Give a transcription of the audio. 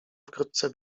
wkrótce